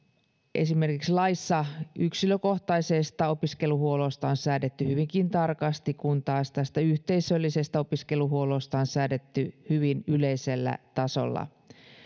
esimerkiksi yksilökohtaisesta opiskeluhuollosta laissa on säädetty hyvinkin tarkasti kun taas tästä yhteisöllisestä opiskeluhuollosta on säädetty hyvin yleisellä tasolla kun